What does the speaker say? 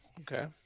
okay